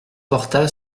porta